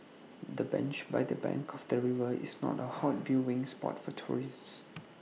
the bench by the bank of the river is not A hot viewing spot for tourists